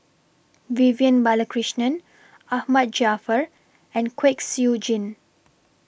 Vivian Balakrishnan Ahmad Jaafar and Kwek Siew Jin